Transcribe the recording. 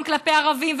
פעם כלפי ערבים,